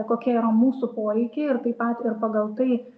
kokie yra mūsų poreikiai ir taip pat ir pagal tai